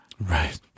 Right